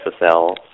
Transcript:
SSL